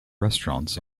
restaurants